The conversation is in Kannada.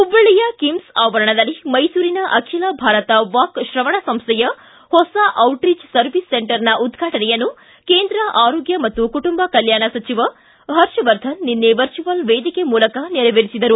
ಹುಬ್ಬಳ್ಳಿಯ ಕಿಮ್ಲ ಆವರಣದಲ್ಲಿ ಮೈಸೂರಿನ ಅಖಿಲ ಭಾರತ ವಾಕ್ ತ್ರವಣ ಸಂಸ್ಥೆಯ ಹೊಸ ದಿಟ್ರಿಚ್ ಸರ್ವಿಸ್ ಸೆಂಟರ್ನ ಉದ್ಘಾಟನೆಯನ್ನು ಕೇಂದ್ರ ಆರೋಗ್ಯ ಮತ್ತು ಕುಟುಂಬ ಕಲ್ಯಾಣ ಸಚಿವ ಪರ್ಷವರ್ಧನ್ ನಿನ್ನೆ ವರ್ಚುವಲ್ ವೇದಿಕೆ ಮೂಲಕ ನೆರವೇರಿಸಿದರು